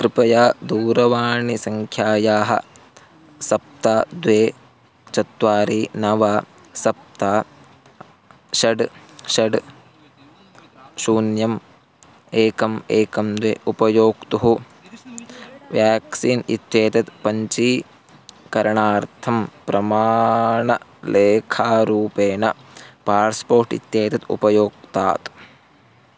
कृपया दूरवाणीसङ्ख्यायाः सप्त द्वे चत्वारि नव सप्त षट् षट् शून्यम् एकम् एकं द्वे उपयोक्तुः व्याक्सीन् इत्येतत् पञ्चीकरणार्थं प्रमाणलेखारूपेण पास्पोर्ट् इत्येतत् उपयुङ्क्तात्